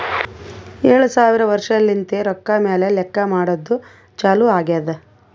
ಏಳು ಸಾವಿರ ವರ್ಷಲಿಂತೆ ರೊಕ್ಕಾ ಮ್ಯಾಲ ಲೆಕ್ಕಾ ಮಾಡದ್ದು ಚಾಲು ಆಗ್ಯಾದ್